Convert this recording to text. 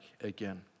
again